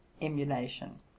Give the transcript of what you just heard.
emulation